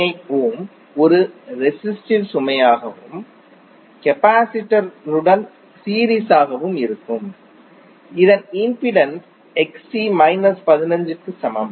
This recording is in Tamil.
98 ஓம் ஒரு ரெஸிஸ்டிவ் சுமையாகவும் கெபாசிடர் உடன் சீரீஸ் ஆகவும் இருக்கும் இதன் இம்பிடன்ஸ் Xc 15க்கு சமம்